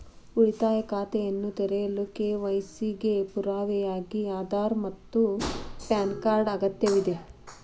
ಉಳಿತಾಯ ಖಾತೆಯನ್ನು ತೆರೆಯಲು ಕೆ.ವೈ.ಸಿ ಗೆ ಪುರಾವೆಯಾಗಿ ಆಧಾರ್ ಮತ್ತು ಪ್ಯಾನ್ ಕಾರ್ಡ್ ಅಗತ್ಯವಿದೆ